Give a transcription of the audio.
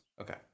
Okay